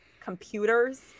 computers